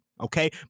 Okay